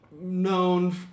known